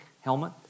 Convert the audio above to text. helmet